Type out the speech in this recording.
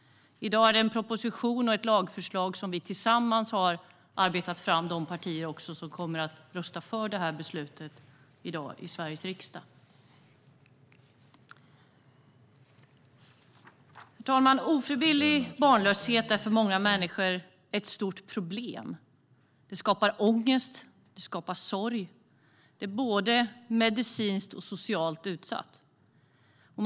I dag är det en proposition och ett lagförslag som vi tillsammans har arbetat fram, de partier som i dag i Sveriges riksdag kommer att rösta för förslaget. Herr talman! Ofrivillig barnlöshet är för många människor ett stort problem. Det skapar ångest och sorg. Det handlar om både medicinsk och social utsatthet.